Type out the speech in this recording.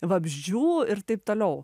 vabzdžių ir taip toliau